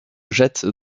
jette